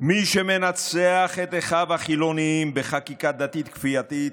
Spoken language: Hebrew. מי שמנצח את אחיו החילונים בחקיקה דתית כפייתית,